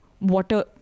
water